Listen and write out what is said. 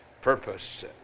purpose